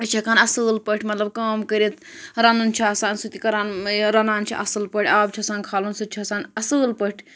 أسۍ چھِ ہیٚکان اَصۭل پٲٹھۍ مَطلَب کٲم کٔرِتھ رَنُن چھُ آسان سُہ تہِ کَران رَنان چھِ اَصۭل پٲٹھۍ آب چھُ آسان کھالُن سُہ تہِ چھِ آسان اَصۭل پٲٹھۍ